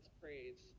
praise